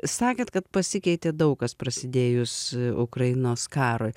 sakėt kad pasikeitė daug kas prasidėjus ukrainos karui